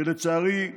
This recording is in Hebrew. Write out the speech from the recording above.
שלצערי,